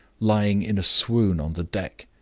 lying in a swoon on the deck.